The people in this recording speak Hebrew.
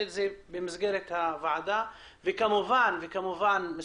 שוב במסגרת הוועדה ונעשה גם עם שאר